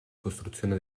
costruzione